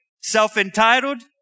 self-entitled